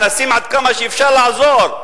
מנסים עד כמה שאפשר לעזור.